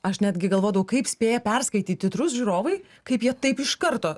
aš netgi galvodavau kaip spėja perskaityt titrus žiūrovai kaip jie taip iš karto